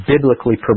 biblically